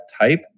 type